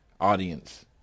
audience